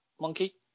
Monkey